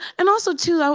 and also, two,